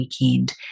Weekend